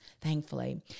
thankfully